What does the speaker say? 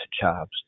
jobs